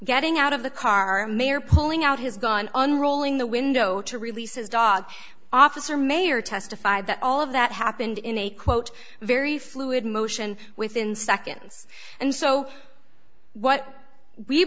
getting out of the car may or pulling out his gun unrolling the window to release his dog officer may or testified that all of that happened in a quote very fluid motion within seconds and so what we